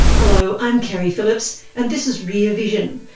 hello, i'm keri phillips and this is rear vision,